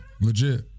legit